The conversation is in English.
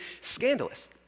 scandalous